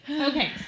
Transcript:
Okay